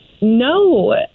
No